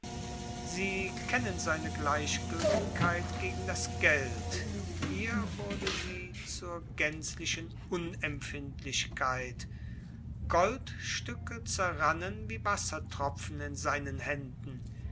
sie kennen seine gleichgültigkeit gegen das geld hier wurde sie zur gänzlichen unempfindlichkeit goldstücke zerrannen wie wassertropfen in seinen händen